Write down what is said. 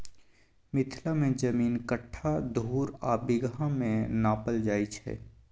मिथिला मे जमीन कट्ठा, धुर आ बिगहा मे नापल जाइ छै